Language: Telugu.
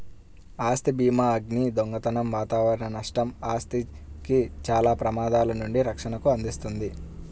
ఆస్తి భీమాఅగ్ని, దొంగతనం వాతావరణ నష్టం, ఆస్తికి చాలా ప్రమాదాల నుండి రక్షణను అందిస్తుంది